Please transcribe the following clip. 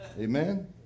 Amen